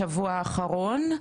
בשבוע האחרון,